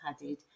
padded